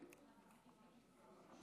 חמש דקות.